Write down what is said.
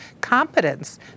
competence